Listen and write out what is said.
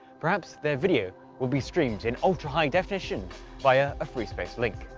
perhaps their video will be streamed in ultra-high definition via a free space link.